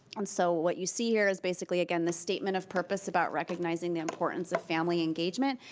and so what you see here is basically again the statement of purpose about recognizing the importance of family engagement.